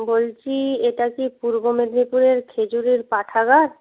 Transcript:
বলছি এটা কি পূর্ব মেদিনীপুরের খেজুরির পাঠাগার